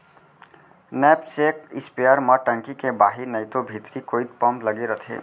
knapsack sprayer म टंकी के बाहिर नइतो भीतरी कोइत पम्प लगे रथे